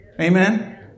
Amen